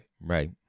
Right